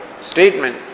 statement